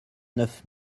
neuf